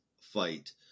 fight